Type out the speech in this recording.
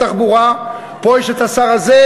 פה יש שר התחבורה,